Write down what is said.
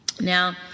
Now